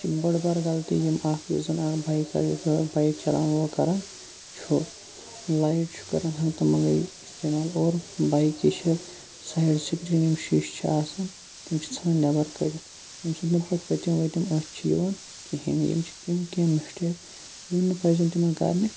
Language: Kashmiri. یہِ چھِ بٔڑ بارٕ غَلطی یِم اَکھ یُس زَن اَکھ بایکَر بایِک چَلاوان وول کَران چھُ لایِٹ چھُ کَران ہَنٛگ تہٕ مَنگَے اِستعمال اور بایکہِ چھِ سایِڈ سِکریٖن یِم شِیٖشہِ چھِ آسان تِم چھِ ژھٕنان نیٚبَر کٔڑِتھ یمہِ سۭتۍ نہٕ پَتہٕ پٔتِم ؤتِم أتھۍ چھُ یِوان کِہیٖنۍ یِم چھِ تِم کینٛہہ مِسٹیک یِم نہٕ پَزیٚن تِمَن کَرنہٕ